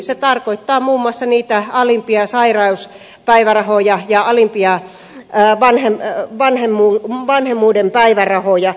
se tarkoittaa muun muassa niitä alimpia sairauspäivärahoja ja alimpia vanhemmuuden päivärahoja